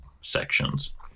sections